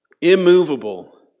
immovable